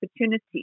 opportunity